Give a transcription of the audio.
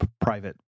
private